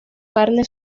carne